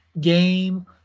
game